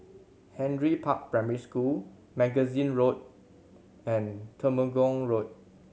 Henry Park Primary School Magazine Road and Temenggong Road